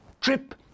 trip